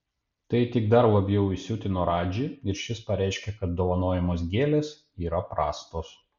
tai tik dar labiau įsiutino radžį ir šis pareiškė kad dovanojamos gėlės yra prastos